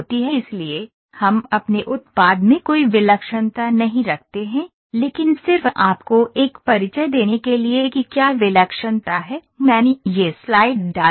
इसलिए हम अपने उत्पाद में कोई विलक्षणता नहीं रखते हैं लेकिन सिर्फ आपको एक परिचय देने के लिए कि क्या विलक्षणता है मैंने यह स्लाइड डाल दी है